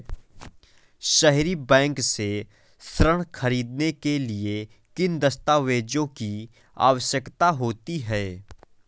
सहरी बैंक से ऋण ख़रीदने के लिए किन दस्तावेजों की आवश्यकता होती है?